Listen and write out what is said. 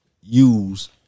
use